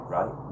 Right